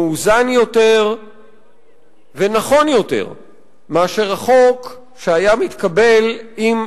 מאוזן יותר ונכון יותר מהחוק שהיה מתקבל אילו